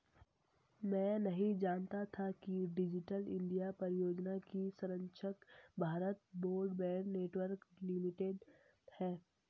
मैं नहीं जानता था कि डिजिटल इंडिया परियोजना की संरक्षक भारत ब्रॉडबैंड नेटवर्क लिमिटेड है